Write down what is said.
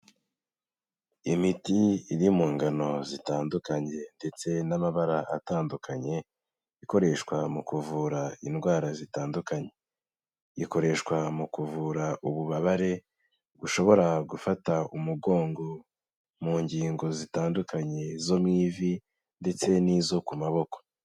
Imiti iri mu ngano zitandukanye ndetse n'amabara atandukanye, ikoreshwa mu kuvura indwara zitandukanye, ikoreshwa mu kuvura ububabare bushobora gufata umugongo mu ngingo zitandukanye zo mu ivi ndetse n'izo ku maboko.